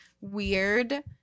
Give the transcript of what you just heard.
weird